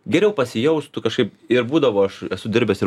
geriau pasijaustų kažkaip ir būdavo aš esu dirbęs ir